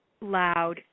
loud